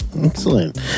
Excellent